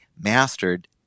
mastered